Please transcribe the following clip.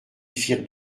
firent